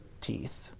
teeth